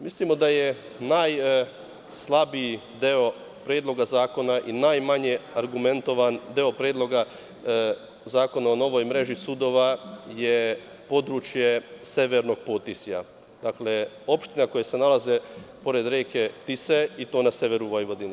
Mislimo da je najslabiji deo Predloga zakona i najmanje argumentovan deo Predloga zakona o novoj mreži sudova područje severnog Potisja, dakle, opština koje se nalaze pored reke Tise i to na severu Vojvodine.